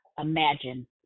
Imagine